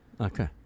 Okay